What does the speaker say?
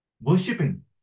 worshipping